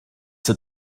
that